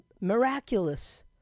miraculous